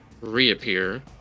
reappear